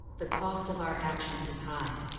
the cost of our actions is high.